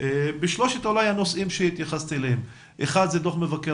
בשלושת הנושאים אליהם התייחסתי כאשר נושא אחד הוא דוח מבקר